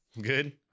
Good